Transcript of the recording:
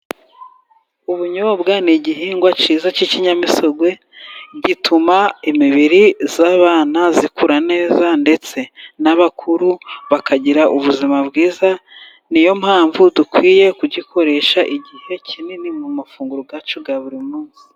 Ubunyobwa ni igihingwa cyiza cy'ikinyamisogwe, gituma imibiri y'abana ikura neza, ndetse n'abakuru bakagira ubuzima bwiza, ni yo mpamvu dukwiye kugikoresha igihe kinini mu mafunguro yacu ya buri munsi.